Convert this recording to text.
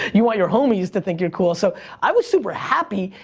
you want your homies to think you're cool, so i was super happy,